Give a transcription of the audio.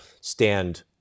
stand